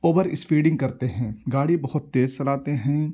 over speeding کرتے ہیں گاڑی بہت تیز چلاتے ہیں